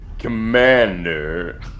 Commander